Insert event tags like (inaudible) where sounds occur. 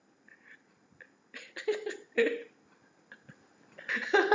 (laughs)